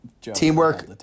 Teamwork